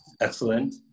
Excellent